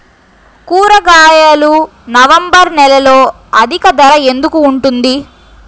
కూరగాయలు నవంబర్ నెలలో అధిక ధర ఎందుకు ఉంటుంది?